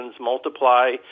multiply